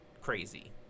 crazy